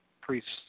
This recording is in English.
priests